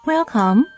Welcome